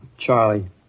Charlie